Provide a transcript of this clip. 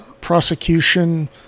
Prosecution